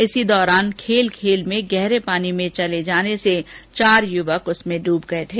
इसी दौरान खेल खेल में गहरे पानी में चले जाने से चार युवक ड्रब गए थे